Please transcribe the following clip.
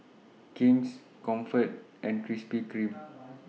King's Comfort and Krispy Kreme